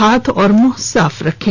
हाथ और मुंह साफ रखें